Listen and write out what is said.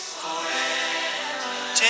forever